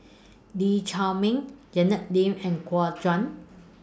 Lee Chiaw Meng Janet Lim and Guo Juan